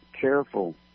careful